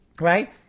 Right